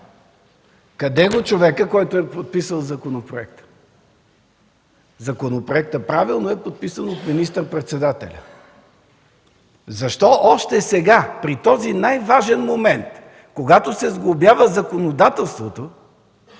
Къде е човекът, който е подписал законопроекта? Законопроектът правилно е подписан от министър-председателя. Защо още сега – в този най-важен момент, когато се сглобява законодателството,